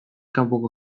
kanpoko